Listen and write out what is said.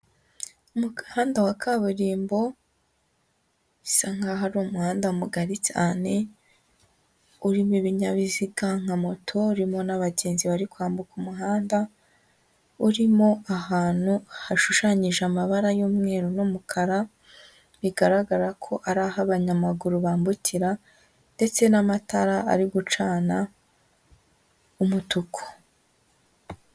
Mu muhanda wa kaburimbo, bisa nkaho hari umuhanda mugari cyane, urimo ibinyabiziga nka moto, harimo n'abagenzi bari kwambuka umuhanda, urimo ahantu hashushanyije amabara y'umweru, n'umukara, bigaragara ko ari aho abanyamaguru bambukira, ndetse n'amatara ari gucana umutuku.